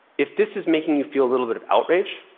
if this is making you feel a little bit of outrage,